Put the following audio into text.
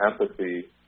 empathy